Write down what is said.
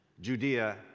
Judea